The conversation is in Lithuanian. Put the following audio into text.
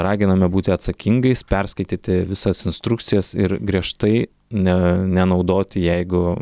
raginame būti atsakingais perskaityti visas instrukcijas ir griežtai ne nenaudoti jeigu